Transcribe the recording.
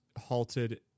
halted